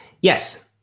Yes